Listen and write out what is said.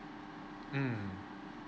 mm